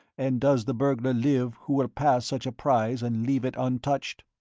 and does the burglar live who will pass such a prize and leave it untouched?